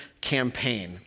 Campaign